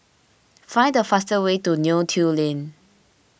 find the fastest way to Neo Tiew Lane